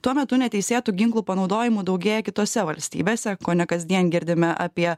tuo metu neteisėtu ginklų panaudojimu daugėja kitose valstybėse kone kasdien girdime apie